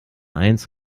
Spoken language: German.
eins